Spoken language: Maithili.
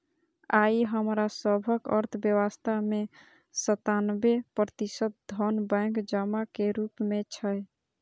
आइ हमरा सभक अर्थव्यवस्था मे सत्तानबे प्रतिशत धन बैंक जमा के रूप मे छै